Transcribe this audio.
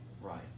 Right